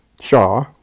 Shaw